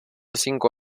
cinco